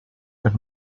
per